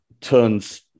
turns